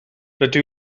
rydw